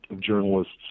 journalists